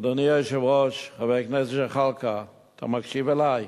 אדוני היושב-ראש, חבר הכנסת זחאלקה, אתה מקשיב לי?